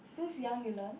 since young you learned